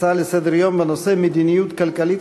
להצעה לסדר-היום מס' 3020 בנושא: מדיניות כלכלית,